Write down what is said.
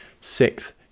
Sixth